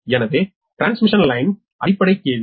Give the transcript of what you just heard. எனவே டிரான்ஸ்மிஷன் லைன்யில் அடிப்படை கே